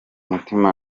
mutima